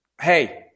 hey